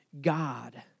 God